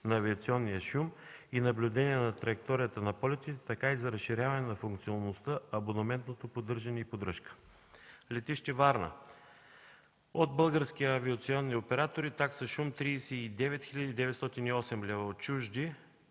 на авиационния шум и наблюдение на траекторията на полетите, така и за разширяване на функционалността, абонаментното поддържане и поддръжка. Летище Варна: от български авиационни оператори такса шум – 39 908 лв.; от чужди